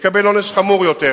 יקבל עונש חמור יותר.